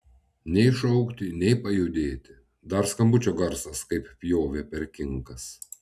nei šaukti nei pajudėti dar skambučio garsas kaip pjovė per kinkas